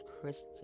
Christian